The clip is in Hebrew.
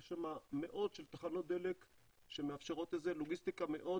יש שם מאות של תחנות דלק שמאפשרות לוגיסטיקה מאוד